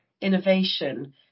innovation